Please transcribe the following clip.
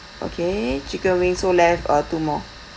okay chicken wings so left uh two more